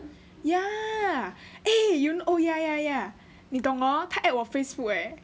ya eh you know oh ya ya ya 你懂哦他 add 我 Facebook eh